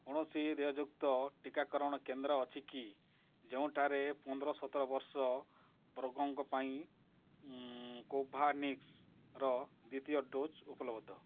କୌଣସି ଦେୟଯୁକ୍ତ ଟିକାକରଣ କେନ୍ଦ୍ର ଅଛି କି ଯେଉଁଠାରେ ପନ୍ଦର ସତରବର୍ଷ ବର୍ଗଙ୍କ ପାଇଁ କୋଭ୍ୟାକ୍ସିନର ଦ୍ୱିତୀୟ ଡୋଜ୍ ଉପଲବ୍ଧ